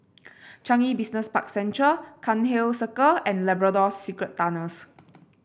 Changi Business Park Central Cairnhill Circle and Labrador Secret Tunnels